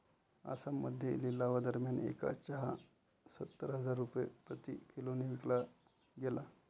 आसाममध्ये लिलावादरम्यान एक चहा सत्तर हजार रुपये प्रति किलोने विकला गेला